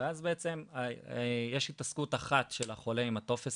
ואז בעצם יש התעסקות אחת של החולה עם הטופס